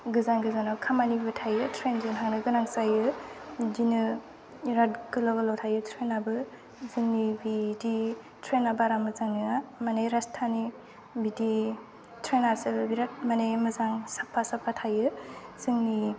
गोजान गोजानाव खामानिबो थायो ट्रैनजों थांनो गोनां जायो बिदिनो बिराद गोलाव गोलाव थायो ट्रेनाबो जोंनि बिदि ट्रैना बारा मोजां नङा माने राजधानि बिदि ट्रेन आसोल बिराद माने मोजां साफा साफा थायो जोंनि